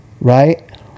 right